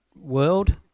world